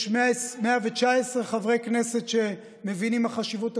יש 119 חברי כנסת שמבינים מה חשיבות התקציב.